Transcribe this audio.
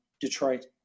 Detroit